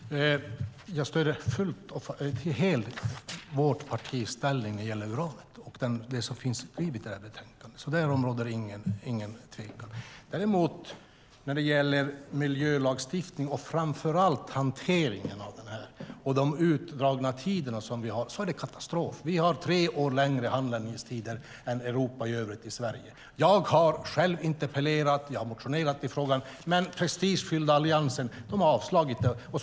Herr talman! Jag stöder helt mitt partis ställningstagande när det gäller uran och det som finns skrivet i betänkandet. Därom råder det ingen tvekan. När det däremot gäller miljölagstiftning och framför allt hanteringen av det här och de utdragna tider vi har är det katastrof. Vi har i Sverige tre år längre användningstider än Europa i övrigt. Jag har själv interpellerat och jag har motionerat i frågan, men den prestigefyllda Alliansen har avslagit motionerna.